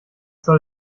soll